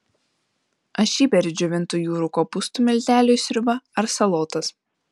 aš įberiu džiovintų jūrų kopūstų miltelių į sriubą ar salotas